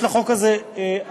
יש לחוק הזה השלכות